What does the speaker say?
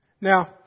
Now